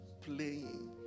playing